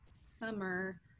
summer